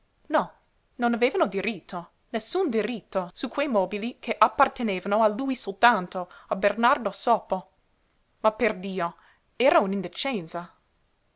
no non avevano diritto nessun diritto su quei mobili che appartenevano a lui soltanto a bernardo sopo ma perdio era un'indecenza